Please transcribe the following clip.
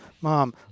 Mom